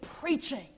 preaching